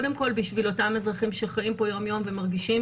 עבור האזרחים שחיים פה יום-יום ומרגישים